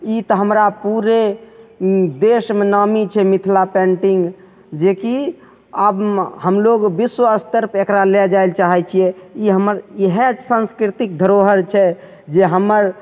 ई तऽ हमरा पूरे ई देशमे नामी छै मिथला पेन्टिंग जेकी आब हमलोग बिश्व स्तरपे एकरा लए जाइलए चाहै छियै ई हमर इहए संस्कृतिके धरोहर छै जे हमर